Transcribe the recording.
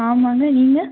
ஆமாங்க நீங்கள்